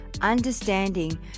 understanding